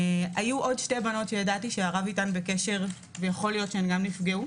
היו עוד שתי בנות שידעתי שהרב איתן בקשר ויכול להיות שהן גם נפגעו.